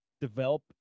develop